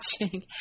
watching